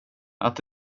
att